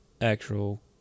actual